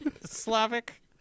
Slavic